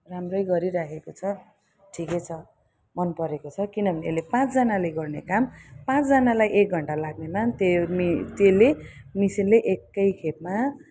राम्रै गरिराखेको छ ठिकै छ मन परेको छ किनभने यसले पाँचजनाले गर्ने काम पाँचजनालाई एक घन्टा लाग्नेमा त्यसले मिसिनले एकै खेपमा